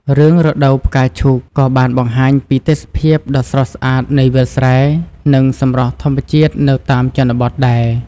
រឿង រដូវផ្កាឈូក ក៏បានបង្ហាញពីទេសភាពដ៏ស្រស់ស្អាតនៃវាលស្រែ និងសម្រស់ធម្មជាតិនៅតាមជនបទដែរ។